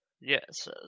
Yes